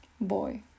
boy